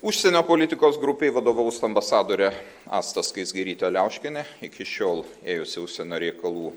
užsienio politikos grupei vadovaus ambasadorė asta skaisgirytė liauškienė iki šiol ėjusi užsienio reikalų